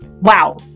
wow